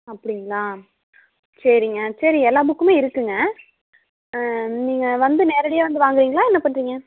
அப்படிங்களா சரிங்க சரி எல்லா புக்குமே இருக்குதுங்க நீங்கள் வந்து நேரடியாக வந்து வாங்குகிறீங்களா என்ன பண்ணுறீங்க